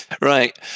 Right